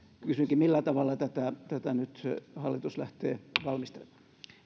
kysynkin millä tavalla hallitus lähtee tätä nyt valmistelemaan